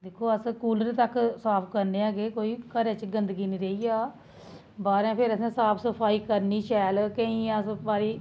दिक्खो अस कूलर तक्क साफ करने आं के कोई घरै च गंदगी नेईं रेही जा बाह्रै फिर असें साफ सफाई करनी शैल केईं अस बारी